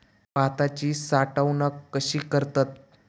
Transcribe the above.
भाताची साठवूनक कशी करतत?